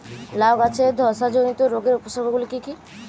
লাউ গাছের ধসা জনিত রোগের উপসর্গ গুলো কি কি?